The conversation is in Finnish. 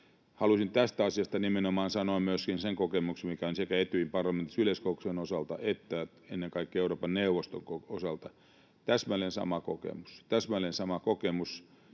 Haluaisin tästä asiasta nimenomaan sanoa myöskin sen kokemuksen, mikä on sekä Etyjin parlamentaarisen yleiskokouksen osalta että ennen kaikkea Euroopan neuvoston osalta: täsmälleen sama kokemus — täsmälleen sama kokemus.